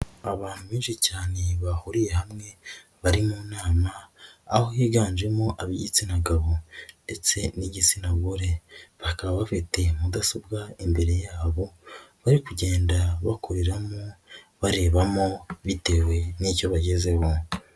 Abantu benshi cyane bahuriye hamwe bari mu nama, aho higanjemo ab'igitsina gabo ndetse n'igitsina gore. Bakaba bafite mudasobwa imbere yabo bari kugenda bakoreramo, barebamo bitewe n'icyo bagezeho.